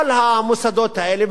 כל המוסדות האלה,